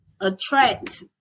attract